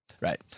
Right